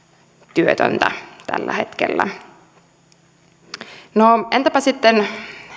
työtöntä tällä hetkellä sitten